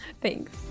Thanks